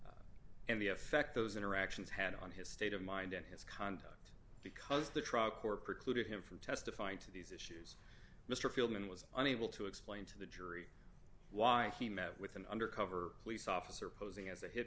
the affect those interactions had on his state of mind and his conduct because the truck or precluded him from testifying to these issues mr feilding was unable to explain to the jury why he met with an undercover police officer posing as a hit